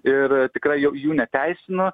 ir tikrai jau jų neteisinu